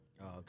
Okay